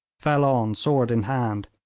fell on sword in hand,